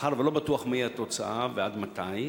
מאחר שלא בטוח מה תהיה התוצאה ועד מתי,